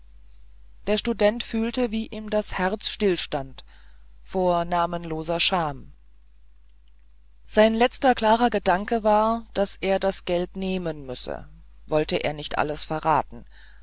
der student fühlte wie ihm das herz stillstand vor namenloser scham sein letzter klarer gedanke war daß er das geld nehmen müsse wollte er nicht alles verraten